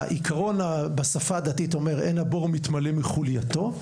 העיקרון בשפה הדתית אומר אין הבור מתמלא מחולייתו,